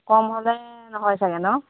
কম হ'লে নহয় ছাগৈ ন